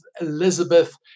Elizabeth